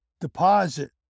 deposit